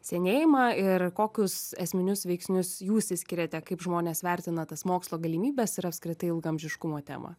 senėjimą ir kokius esminius veiksnius jūs išskiriate kaip žmonės vertina tas mokslo galimybes ir apskritai ilgaamžiškumo temą